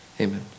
Amen